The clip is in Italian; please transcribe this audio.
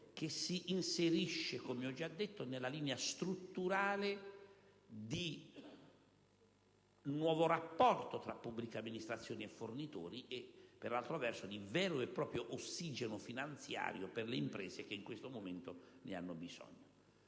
che si inserisce - come ho già detto - nella linea strutturale di un nuovo rapporto tra pubblica amministrazione e fornitori e, per altro verso, di vero e proprio ossigeno finanziario per le imprese, che in questo momento ne hanno bisogno.